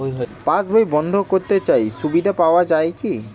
পাশ বই বন্দ করতে চাই সুবিধা পাওয়া যায় কি?